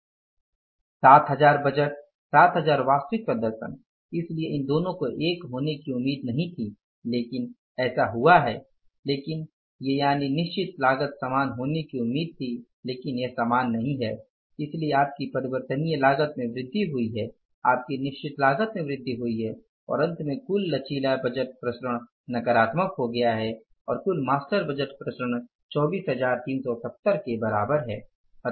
७००० budget 7000 वास्तविक प्रदर्शन इसलिए इन दोनों को एक होने की उम्मीद नहीं थी लेकिन ऐसा हुआ है लेकिन ये यानि निश्चित लागत समान होने की उम्मीद थी लेकिन यह समान नहीं है इसलिए आपकी परिवर्तनीय लागत में वृद्धि हुई है आपकी निश्चित लागत में वृद्धि हुई है और अंत में कुल लचीला बजट विचरण नकारात्मक हो गया है और कुल मास्टर बजट विचरण 24370 के बराबर है